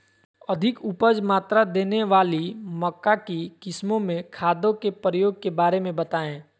अधिक उपज मात्रा देने वाली मक्का की किस्मों में खादों के प्रयोग के बारे में बताएं?